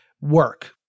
work